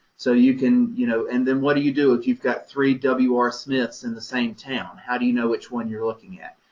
so you can, you know, and then what do you do if you've got three w r. smiths in the same town? how do you know which one you're looking at?